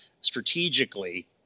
strategically